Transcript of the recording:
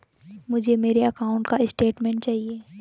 मुझे मेरे अकाउंट का स्टेटमेंट चाहिए?